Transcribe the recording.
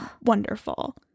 wonderful